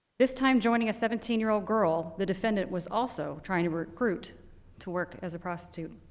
this time joining a seventeen year old girl, the defendant was also trying to recruit to work as a prostitute.